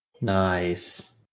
Nice